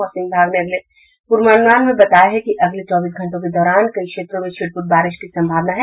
मौसम विभाग ने अपने पूर्वानुमान में कहा है कि अगले चौबीस घंटों के दौरान कई क्षेत्रों में छिटपूट बारिश की संभावना है